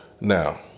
Now